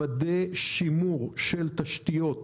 לוודא שימור של תשתיות,